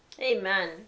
Amen